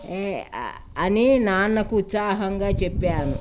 అని నాన్నకు ఉత్సాహంగా చెప్పాను